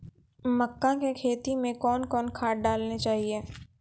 मक्का के खेती मे कौन कौन खाद डालने चाहिए?